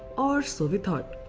or so we thought.